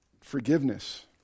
forgiveness